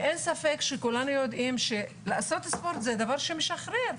ואין ספק שכולנו יודעים שלעשות ספורט זה דבר שמשחרר,